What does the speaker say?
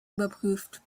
überprüft